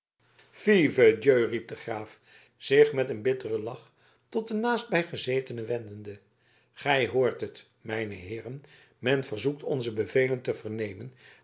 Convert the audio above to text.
riep de graaf zich met een bitteren lach tot de naastbij gezetenen wendende gij hoort het mijne heeren men verzoekt onze bevelen te vernemen